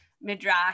midrash